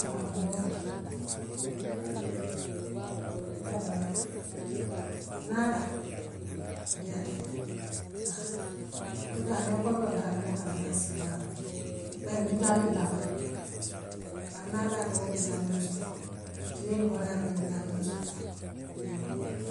Maafiŋ domoroo haa nte woolee naada woo diyaata n'naa haa kucaa niŋ kontoŋ ta'al mbuka lafi ŋaa siimaŋ la bare witaamine ta'abala bare naada dum woo yee witaaminoo soto tiyoo dum fanaŋ ayee witaaminoo soto yoo.